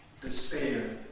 despair